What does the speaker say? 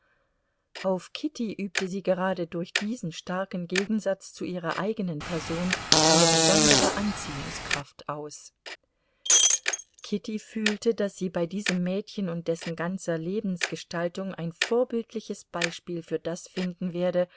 auf kitty übte sie gerade durch diesen starken gegensatz zu ihrer eigenen person eine besondere anziehungskraft aus kitty fühlte daß sie bei diesem mädchen und dessen ganzer lebensgestaltung ein vorbildliches beispiel für das finden werde